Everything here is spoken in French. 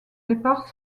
départ